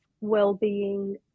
well-being